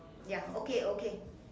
ya okay okay